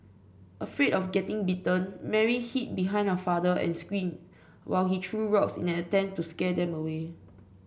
afraid of getting bitten Mary hid behind her father and screamed while he threw rocks in an attempt to scare them away